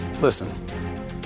Listen